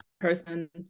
person